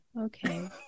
okay